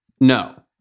No